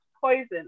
poison